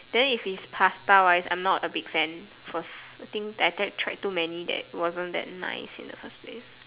then if it's pasta wise I'm not a big fan first I think like that tried too many that wasn't that nice in the first place